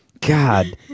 God